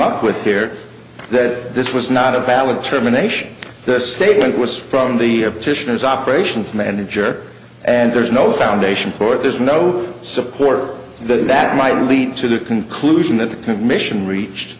up with here that this was not a valid determination the statement was from the british news operations manager and there's no foundation for it there's no support for the that might lead to the conclusion that the commission reached